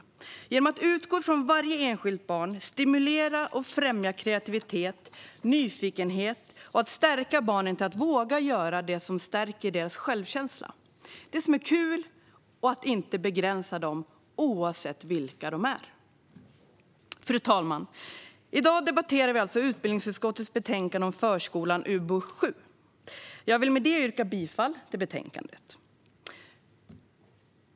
Det handlar om att utgå från varje enskilt barn, stimulera och främja kreativitet och nyfikenhet, stödja barnen så att de vågar göra det som stärker deras självkänsla och det som är kul samt att inte begränsa dem, oavsett vilka de är. Fru talman! I dag debatterar vi alltså utbildningsutskottets betänkande om förskolan, UbU7. Jag vill med detta yrka bifall till utskottets förslag.